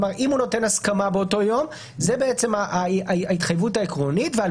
כלומר אם הוא נותן הסכמה באותו יום זה בעצם ההתחייבות העקרונית ועל